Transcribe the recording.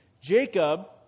Jacob